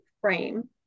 frame